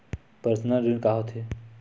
Personal ऋण का होथे?